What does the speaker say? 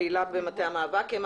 פעילה במטה המאבק.